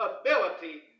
ability